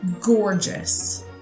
gorgeous